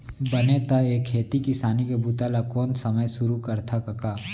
बने त ए खेती किसानी के बूता ल कोन समे सुरू करथा कका?